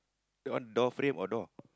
that one door frame or door